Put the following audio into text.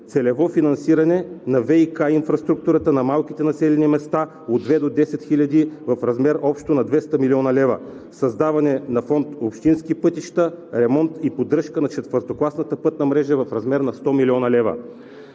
целево финансиране на ВиК инфраструктурата на малките населени места – от 2 до 10 хиляди, в размер общо на 200 млн. лв., създаване на фонд „Общински пътища“, ремонт и поддръжка на четвъртокласната пътна мрежа – в размер на 100 млн. лв.